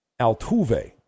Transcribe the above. Altuve